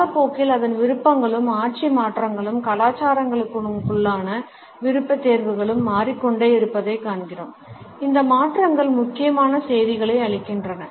காலப்போக்கில் அதன் விருப்பங்களும் ஆட்சி மாற்றங்களும் கலாச்சாரங்களுக்குள்ளான விருப்பத்தேர்வுகளும் மாறிக் கொண்டே இருப்பதைக் காண்கிறோம் இந்த மாற்றங்கள் முக்கியமான செய்திகளை அளிக்கின்றன